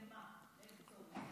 למה, לאיזה צורך?